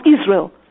Israel